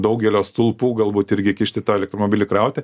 daugelio stulpų galbūt irgi kišti ta elektromobilį krauti